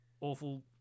awful